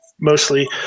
mostly